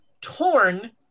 torn